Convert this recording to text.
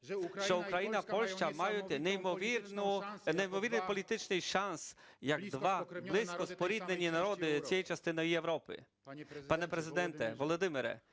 що Україна і Польща мають неймовірний політичний шанс, як два близькоспоріднені народи цієї частини Європи. Пане Президенте Володимире,